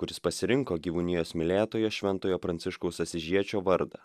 kuris pasirinko gyvūnijos mylėtojo šventojo pranciškaus asyžiečio vardą